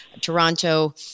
Toronto